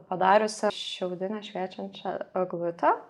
padariusi šiaudinę šviečiančią eglutę